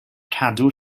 cadw